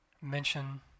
mention